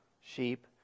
sheep